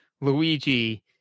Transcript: Luigi